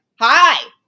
Hi